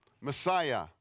Messiah